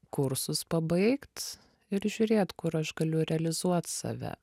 kursus pabaigt ir žiūrėt kur aš galiu realizuot save